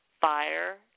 fire